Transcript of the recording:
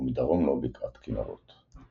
ומדרום לו בקעת כנרות.